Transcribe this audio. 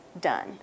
done